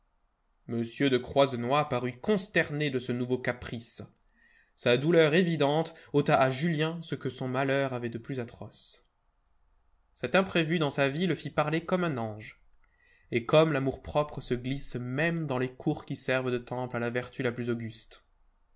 m de croisenois parut consterné de ce nouveau caprice sa douleur évidente ôta à julien ce que son malheur avait de plus atroce cet imprévu dans sa vie le fit parler comme un ange et comme l'amour-propre se glisse même dans les cours qui servent de temple à la vertu la plus auguste